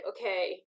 okay